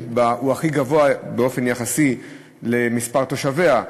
הוא הכי גבוה באופן יחסי למספר תושביה,